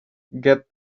get